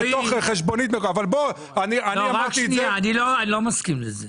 אני לא מסכים לזה.